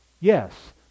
yes